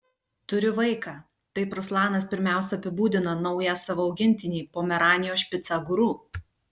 turiu vaiką taip ruslanas pirmiausia apibūdina naują savo augintinį pomeranijos špicą guru